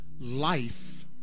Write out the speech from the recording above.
life